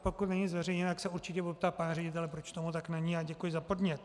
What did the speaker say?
Pokud není zveřejněna, tak se určitě budu ptát pana ředitele, proč tomu tak není, a děkuji za podnět.